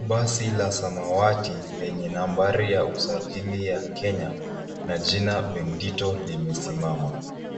Basi la samawati lenye nambari ya usajili ya Kenya na jina bendito limesimama.